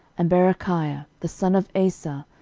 and berechiah the son of asa,